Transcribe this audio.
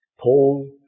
Paul